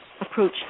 approach